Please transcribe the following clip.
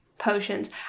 potions